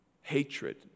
hatred